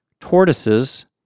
tortoises